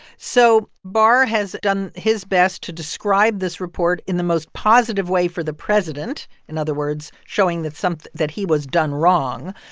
so barr has done his best to describe this report in the most positive way for the president in other words, showing that some that he was done wrong.